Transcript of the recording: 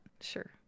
sure